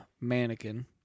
mannequin